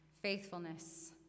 faithfulness